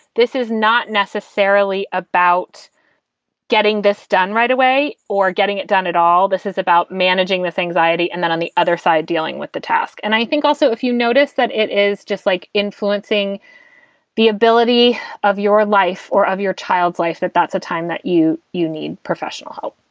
this is not necessarily about getting this done right away or getting it done at all. this is about managing the anxiety and then on the other side dealing with the task. and i think also if you notice that it is just like influencing the ability of your life or of your child's life, that that's a time that you you need professional help.